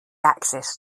axis